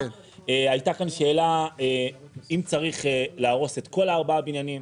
הייתה כאן שאלה אם צריך להרוס את כל ארבעת הבניינים.